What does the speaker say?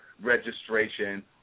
registration